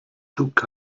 took